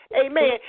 amen